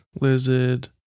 Lizard